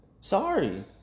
Sorry